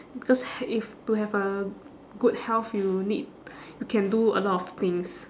because h~ if to have a good health you need you can do a lot of things